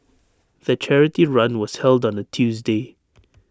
the charity run was held on A Tuesday